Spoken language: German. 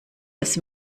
das